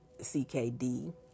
CKD